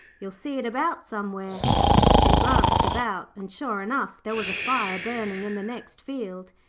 you'll see it about somewhere they glanced about and, sure enough, there was a fire burning in the next field.